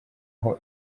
aho